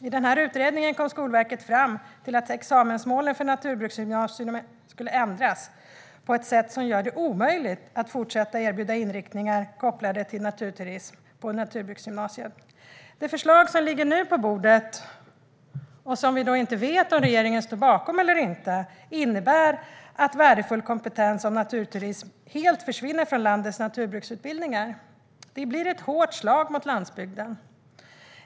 I utredningen kom Skolverket fram till att examensmålen för naturbruksgymnasiet ska ändras på ett sätt som gör det omöjligt att fortsätta att erbjuda inriktningar kopplade till naturturism på naturbruksgymnasiet. Det förslag som ligger på bordet, och som vi inte vet om regeringen står bakom eller inte, innebär att värdefull kompetens i naturturism helt försvinner från landets naturbruksutbildningar. Det blir ett hårt slag mot landsbygden.